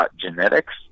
Genetics